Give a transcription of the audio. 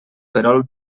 perol